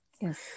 Yes